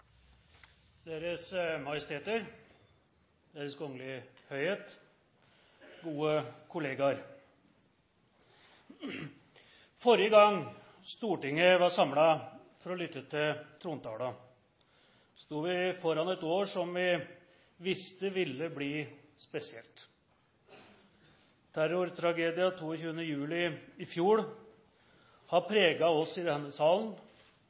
Deres Majesteter, Deres Kongelige Høyhet, gode kollegaer! Forrige gang Stortinget var samlet for å lytte til trontalen, sto vi foran et år som vi visste ville bli spesielt. Terrortragedien 22. juli i fjor har preget oss i denne salen,